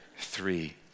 three